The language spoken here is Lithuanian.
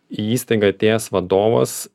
į įstaigą atėjęs vadovas